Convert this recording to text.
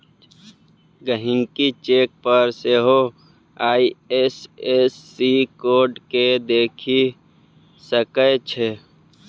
गहिंकी चेक पर सेहो आइ.एफ.एस.सी कोड केँ देखि सकै छै